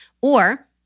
Or-